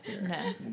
No